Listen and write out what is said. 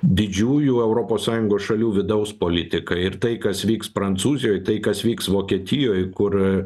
didžiųjų europos sąjungos šalių vidaus politikai ir tai kas vyks prancūzijoj tai kas vyks vokietijoj kur